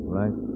right